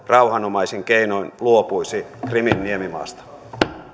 rauhanomaisin keinoin luopuisi krimin niemimaasta